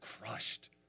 crushed